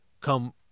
come